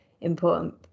important